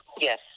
Yes